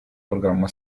programma